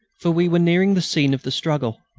for we were nearing the scene of the struggle.